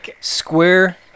square